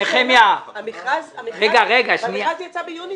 נחמיה --- המכרז יצא ביוני,